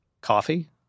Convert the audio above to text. Coffee